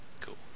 Cool